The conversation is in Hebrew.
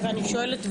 שאלה.